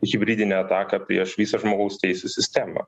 hibridinę ataką prieš visą žmogaus teisių sistemą